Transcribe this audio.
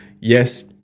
yes